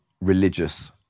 religious